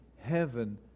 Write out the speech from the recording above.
heaven